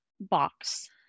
box